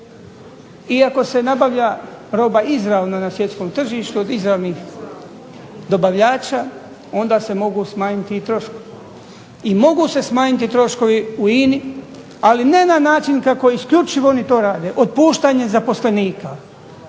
I ako se nabavlja roba izravno na svjetskom tržištu, od izravnih dobavljača onda se mogu smanjiti i troškovi i mogu se smanjiti troškovi u INA-i, ali ne na način kako isključivo oni to rade, otpuštanjem zaposlenika.